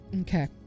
Okay